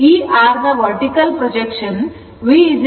ಮತ್ತು ಈ R ನ vertical projection V Vsin α ಇರುತ್ತದೆ